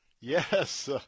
yes